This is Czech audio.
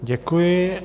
Děkuji.